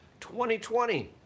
2020